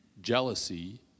jealousy